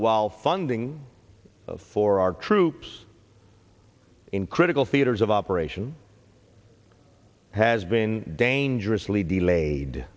while funding for our troops in critical theaters of operation has been dangerously delayed